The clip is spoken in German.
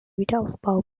wiederaufbau